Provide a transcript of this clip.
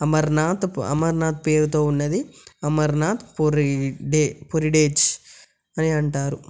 అమర్నాథ్ అమర్నాథ్ పేరుతో ఉన్నది అమర్నాథ్ పురి పారిడ్జ్ అని అంటారు